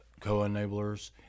co-enablers